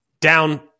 down